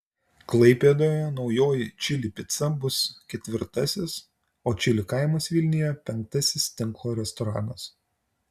klaipėdoje naujoji čili pica bus ketvirtasis o čili kaimas vilniuje penktasis tinklo restoranas